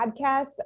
podcasts